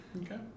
okay